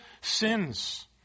sins